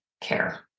care